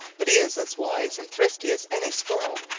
but he is as wise and thrifty as any squirrel,